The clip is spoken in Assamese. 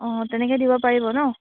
অঁ তেনেকৈ দিব পাৰিব ন